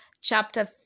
chapter